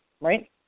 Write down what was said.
right